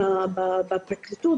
בפרקליטות,